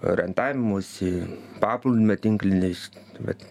orientavimosi paplūdimio tinklinis bet